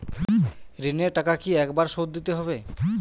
ঋণের টাকা কি একবার শোধ দিতে হবে?